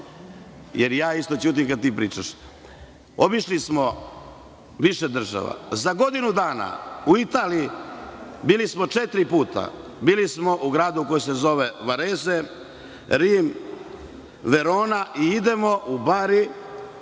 jer i ja isto ćutim kada ti pričaš. Obišli smo više država. Za godinu dana, bili smo četiri puta u Italiji. Bili smo u gradu koji se zove Vareze, Rim, Verona i idemo u Bari